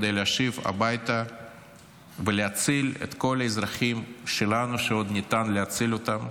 כדי להשיב הביתה ולהציל את כל האזרחים שלנו שעוד ניתן להציל אותם.